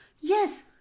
Yes